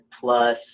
plus